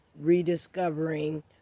rediscovering